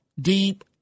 deep